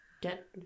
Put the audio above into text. get